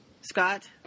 Scott